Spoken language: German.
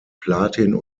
platin